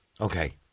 Okay